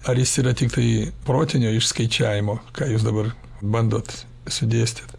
ar jis yra tiktai protinio išskaičiavimo ką jūs dabar bandot sudėstyt